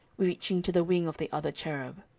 reaching to the wing of the other cherub.